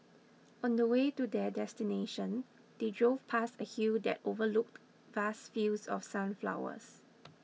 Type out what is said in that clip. on the way to their destination they drove past a hill that overlooked vast fields of sunflowers